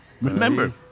Remember